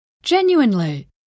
Genuinely